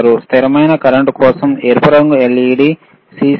స్థిరమైన కరెంట్ కోసం ఎరుపురంగు LED సిసి ఉంది